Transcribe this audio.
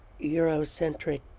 Eurocentric